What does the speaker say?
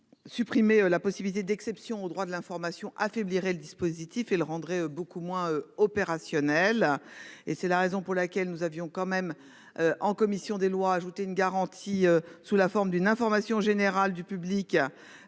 Supprimer la possibilité d'exception au droit de l'information affaiblirait le dispositif et le rendrait beaucoup moins opérationnel. Et c'est la raison pour laquelle nous avions quand même. En commission des lois a ajouté une garantie sous la forme d'une information générale du public.